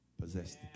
Possessed